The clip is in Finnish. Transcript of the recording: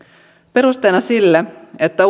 perusteena sille että